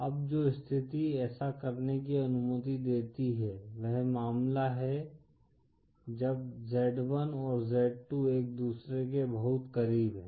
अब जो स्थिति ऐसा करने की अनुमति देती है वह मामला है जब z1 और z2 एक दूसरे के बहुत करीब हैं